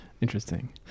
interesting